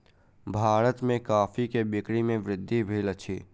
भारत में कॉफ़ी के बिक्री में वृद्धि भेल अछि